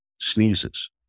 sneezes